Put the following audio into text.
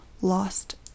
lost